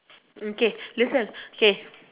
okay listen okay